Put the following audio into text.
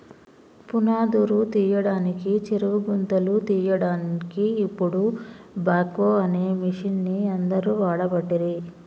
పునాదురు తీయడానికి చెరువు గుంతలు తీయడాన్కి ఇపుడు బాక్వో అనే మిషిన్ని అందరు వాడబట్టిరి